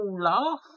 laugh